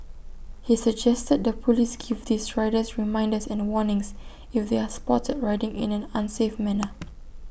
he suggested the Police give these riders reminders and warnings if they are spotted riding in an unsafe manner